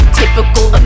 typical